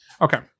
Okay